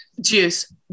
Juice